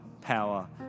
power